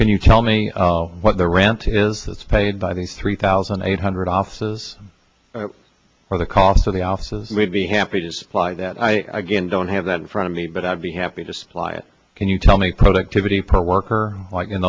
can you tell me what the rent is that's paid by these three thousand eight hundred offices or the cost of the offices we'd be happy to supply that i again don't have that in front of me but i'd be happy to supply it can you tell me productivity per worker like in